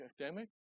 academic